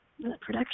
production